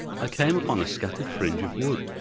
i came upon a scattered fringe of wood